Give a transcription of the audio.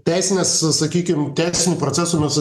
teisinės sakykim teisinių procesų mes